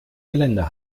geländer